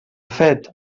fet